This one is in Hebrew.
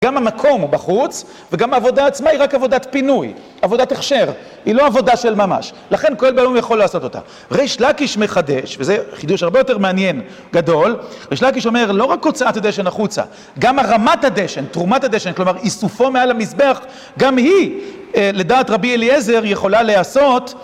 גם המקום הוא בחוץ, וגם העבודה עצמה היא רק עבודת פינוי, עבודת הכשר, היא לא עבודה של ממש, לכן כהן גדול יכול לעשות אותה. ריש לקיש מחדש, וזה חידוש הרבה יותר מעניין, גדול, ריש לקיש אומר, לא רק הוצאת הדשן החוצה, גם הרמת הדשן, תרומת הדשן, כלומר איסופו מעל המזבח, גם היא, לדעת רבי אליעזר, יכולה להעשות